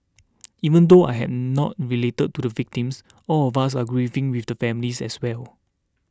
even though I had not related to the victims all of us are grieving with the families as well